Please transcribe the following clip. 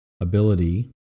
ability